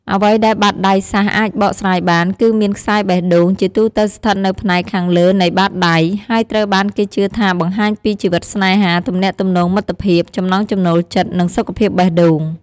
អ្វីដែលបាតដៃសាស្រ្តអាចបកស្រាយបាន គឺមានខ្សែបេះដូង ជាទូទៅស្ថិតនៅផ្នែកខាងលើនៃបាតដៃ ហើយត្រូវបានគេជឿថាបង្ហាញពីជីវិតស្នេហា ទំនាក់ទំនងមិត្តភាព ចំណង់ចំណូលចិត្ត និងសុខភាពបេះដូង។